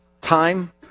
Time